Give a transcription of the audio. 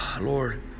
Lord